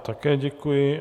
Také děkuji.